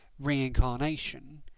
reincarnation